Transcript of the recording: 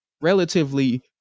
relatively –